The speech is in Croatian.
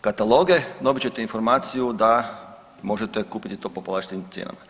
kataloge, dobit ćete informaciju da možete kupiti to po povlaštenim cijenama.